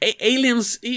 aliens